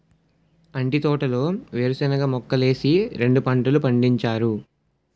అంటి తోటలో వేరుశనగ మొక్కలేసి రెండు పంటలు పండించారు